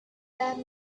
that